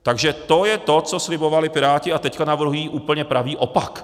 Takže to je to, co slibovali Piráti, a teď navrhují úplně pravý opak.